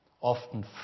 often